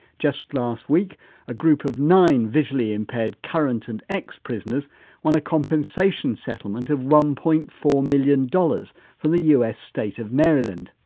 just last week a group of nine visually impaired current and ex-prisoners won a compensation settlement of one point four million dollars from the us state of maryland.